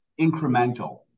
incremental